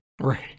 Right